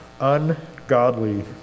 ungodly